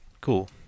Cool